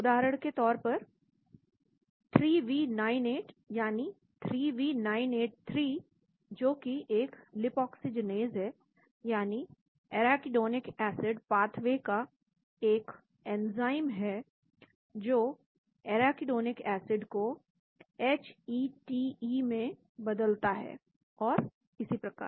उदाहरण के तौर पर 3v98 यानी 3v983 जो कि एक 5 लीपाक्सीजीनेस है यानी एराकीडोनिक एसिड पाथवे का एक एंजाइम है जो एराकीडोनिक एसिड को एचईटीई में बदलता है और इसी प्रकार